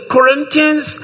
Corinthians